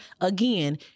again